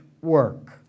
work